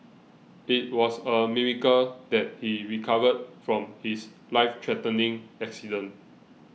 it was a miracle that he recovered from his life threatening accident